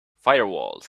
firewalls